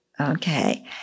Okay